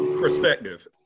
perspective